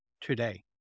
today